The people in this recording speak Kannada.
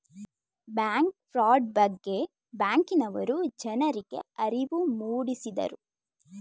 ಬ್ಯಾಂಕ್ ಫ್ರಾಡ್ ಬಗ್ಗೆ ಬ್ಯಾಂಕಿನವರು ಜನರಿಗೆ ಅರಿವು ಮೂಡಿಸಿದರು